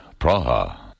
Praha